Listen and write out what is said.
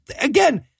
again